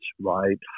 right